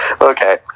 okay